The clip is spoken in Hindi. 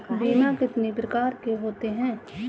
बीमा कितनी प्रकार के होते हैं?